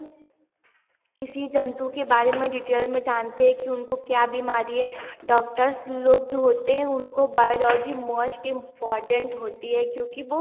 किसी जंतु के बारे में डिटेल में जानते हैं की उनको क्या बीमारी है डॉक्टर्स लोग जो होते हैं उनको बायोलॉजी मोष्ट इम्पोर्टेन्ट होती है क्योंकि वह